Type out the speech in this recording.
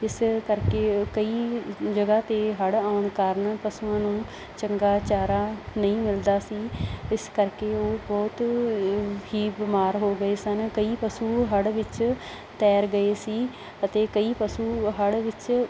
ਇਸ ਕਰਕੇ ਕਈ ਜਗ੍ਹਾ 'ਤੇ ਹੜ੍ਹ ਆਉਣ ਕਾਰਨ ਪਸ਼ੂਆਂ ਨੂੰ ਚੰਗਾ ਚਾਰਾ ਨਹੀਂ ਮਿਲਦਾ ਸੀ ਇਸ ਕਰਕੇ ਉਹ ਬਹੁਤ ਹੀ ਬਿਮਾਰ ਹੋ ਗਏ ਸਨ ਕਈ ਪਸੂ ਹੜ੍ਹ ਵਿੱਚ ਤੈਰ ਗਏ ਸੀ ਅਤੇ ਕਈ ਪਸ਼ੂ ਹੜ੍ਹ ਵਿੱਚ